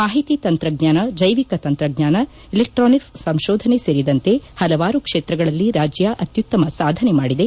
ಮಾಹಿತಿ ತಂತ್ರಜ್ಞಾನ ಜೈವಿಕ ತಂತ್ರಜ್ಞಾನ ಎಲೆಕ್ಟಾನಿಕ್ ಸಂಶೋಧನೆ ಸೇರಿದಂತೆ ಪಲವಾರು ಕ್ಷೇತ್ರಗಳಲ್ಲಿ ರಾಜ್ಯ ಆತ್ತುತ್ತಮ ಸಾಧನೆ ಮಾಡಿದೆ